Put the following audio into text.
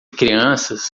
crianças